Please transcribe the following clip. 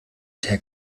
der